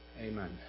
Amen